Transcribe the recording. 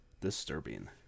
disturbing